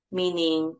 meaning